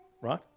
right